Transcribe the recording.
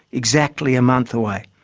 exactly a month away.